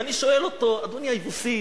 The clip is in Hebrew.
ואני שואל אותו: אדוני היבוסי,